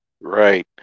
Right